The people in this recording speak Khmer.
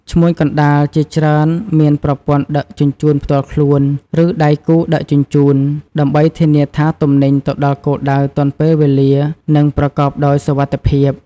ឈ្មួញកណ្តាលជាច្រើនមានប្រព័ន្ធដឹកជញ្ជូនផ្ទាល់ខ្លួន ឬដៃគូដឹកជញ្ជូន ដើម្បីធានាថាទំនិញទៅដល់គោលដៅទាន់ពេលវេលា និងប្រកបដោយសុវត្ថិភាព។